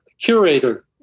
curator